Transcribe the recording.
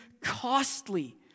costly